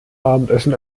abendessen